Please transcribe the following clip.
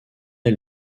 est